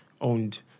owned